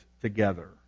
together